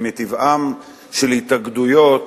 ומטבען של התאגדויות